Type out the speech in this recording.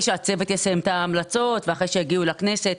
שהצוות יסיים את ההמלצות ואחרי שיגיעו לכנסת.